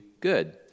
good